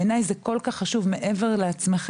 בעיניי זה כל כך חשוב מעבר לעצמכן,